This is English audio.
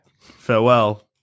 Farewell